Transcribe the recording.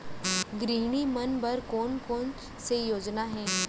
गृहिणी मन बर कोन कोन से योजना हे?